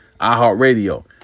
iHeartRadio